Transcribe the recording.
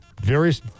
various